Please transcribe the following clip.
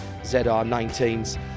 ZR19s